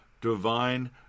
divine